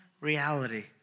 reality